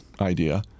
idea